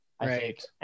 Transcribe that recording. Right